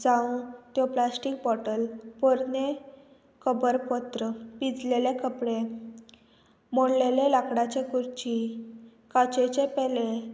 जावं त्यो plastic bottle पोरने खबरपत्र पिजलेले कपडे मोडलेले लांकडाचे कुर्ची काचेचे पेले